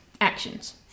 actions